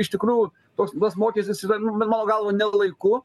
iš tikrųjų toks tas mokestis yra nu mano galvą nelaiku